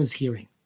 hearing